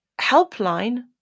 helpline